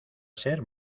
ser